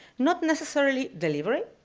not necessarily deliberate,